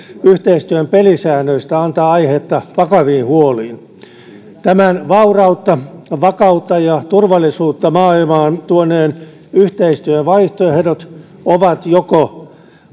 yhteistyön pelisäännöistä antaa aihetta vakaviin huoliin tämän vaurautta vakautta ja turvallisuutta maailmaan tuoneen yhteistyön vaihtoehdot ovat joko